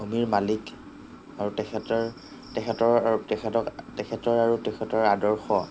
ভূমিৰ মালিক আৰু তেখেতৰ তেখেতৰ তেখেতক তেখেতৰ আৰু তেখেতৰ আদৰ্শ